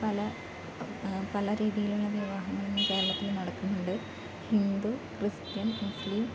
പല പല രീതിയിലുള്ള വിവാഹങ്ങളിന്ന് കേരളത്തിൽ നടക്കുന്നുണ്ട് ഹിന്ദു ക്രിസ്ത്യൻ മുസ്ലിം